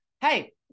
Hey